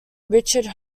richard